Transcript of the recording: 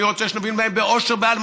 אני רוצה שנוביל בהן בעושר בעי"ן,